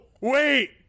wait